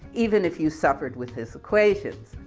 even if you suffered with his equations.